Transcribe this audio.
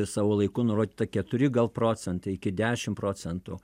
savo laiku nurodyta keturi gal procentai iki dešimt procentų